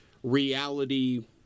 reality